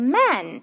men